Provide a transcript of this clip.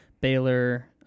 Baylor